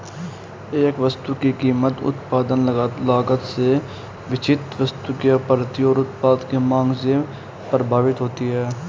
एक वस्तु की कीमत उत्पादन लागत से वांछित वस्तु की आपूर्ति और उत्पाद की मांग से प्रभावित होती है